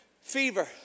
fever